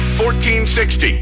1460